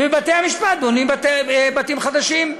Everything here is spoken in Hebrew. ולבתי-המשפט בונים בתים חדשים.